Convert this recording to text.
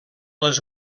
les